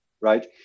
right